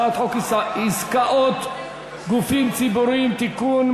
הצעת חוק עסקאות גופים ציבוריים (תיקון,